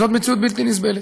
זאת מציאות בלתי נסבלת.